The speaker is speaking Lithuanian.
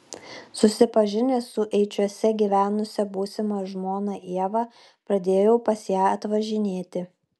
susipažinęs su eičiuose gyvenusia būsima žmona ieva pradėjau pas ją atvažinėti